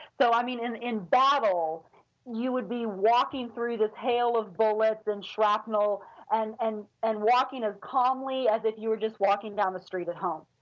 so i mean in in battle you would be walking through this hail of bullets and shrapnel and and and walking as calmly as if you are just walking down the street at home.